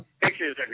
pictures